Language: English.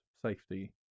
safety